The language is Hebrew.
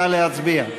נא להצביע.